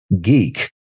geek